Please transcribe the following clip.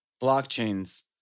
blockchains